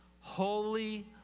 holy